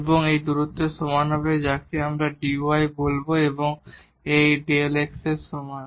এবং এই দূরত্বের সমান হবে যাকে আমরা dy বলব এবং এই Δ x এর সমান